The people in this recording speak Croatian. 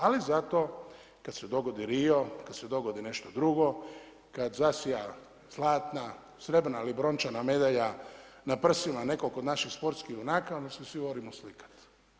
Ali zato kad se dogodi Rijo, kad se dogodi nešto drugo, kad zasja zlatna, srebrna ili brončana medalja na prsima nekog od naših sportskih junaka onda se svi volimo slikat.